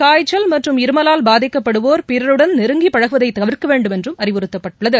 காய்ச்சல் மற்றும் இருமலால் பாதிக்கப்படுவோர் பிறருடன் நெருங்கி பழகுவதை தவிர்க்க வேண்டுமென்றும் அறிவுறுத்தப்பட்டுள்ளது